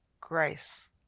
grace